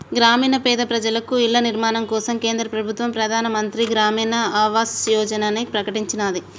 గ్రామీణ పేద ప్రజలకు ఇళ్ల నిర్మాణం కోసం కేంద్ర ప్రభుత్వం ప్రధాన్ మంత్రి గ్రామీన్ ఆవాస్ యోజనని ప్రకటించినాది